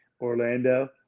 Orlando